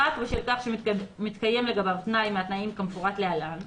רק בשל כך שמתקיים לגביו תנאי מהתנאים כמפורט להלן,